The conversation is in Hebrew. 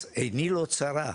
עיני לא צרה,